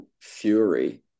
fury